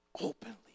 openly